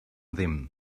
ddim